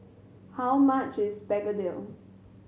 how much is begedil